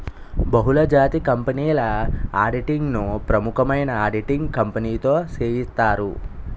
బహుళజాతి కంపెనీల ఆడిటింగ్ ను ప్రముఖమైన ఆడిటింగ్ కంపెనీతో సేయిత్తారు